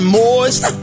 moist